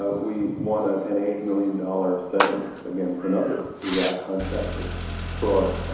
ah we one and an eight million dollar settlement against another iraq contractor croydon ah.